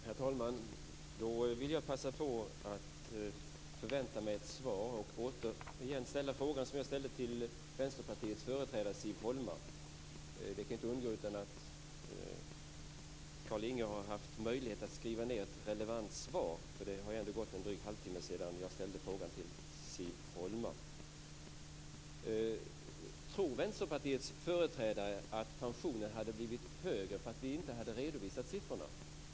Herr talman! Jag vill passa på att återigen ställa frågan som jag ställde till Vänsterpartiets företrädare Siv Holma. Jag förväntar mig ett svar. Den frågan kan inte ha undgått Carlinge. Han har haft möjlighet att skriva ned ett relevant svar. Det har ändå gått en dryg halvtimme sedan jag ställde frågan till Siv Holma. Tror Vänsterpartiets företrädare att pensionerna hade blivit högre ifall vi inte hade redovisat siffrorna?